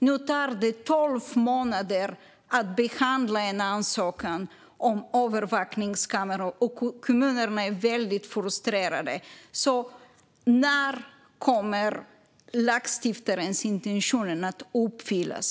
Nu tar det tolv månader att behandla en ansökan om övervakningskameror. Kommunerna är väldigt frustrerade. När kommer lagstiftarens intention att uppfyllas?